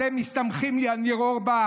אתם מסתמכים לי על ניר אורבך?